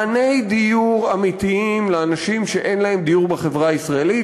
מעני דיור אמיתיים לאנשים שאין להם דיור בחברה הישראלית,